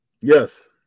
Yes